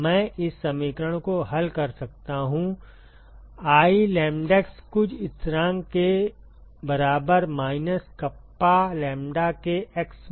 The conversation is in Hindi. मैं इस समीकरण को हल कर सकता हूं I लैम्ब्डैक्स कुछ स्थिरांक के बराबर माइनस कप्पा लैम्ब्डा के x में